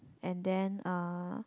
and then uh